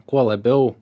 kuo labiau